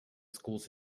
schools